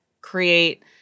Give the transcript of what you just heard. create